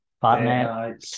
partner